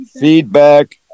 Feedback